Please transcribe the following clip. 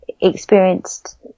experienced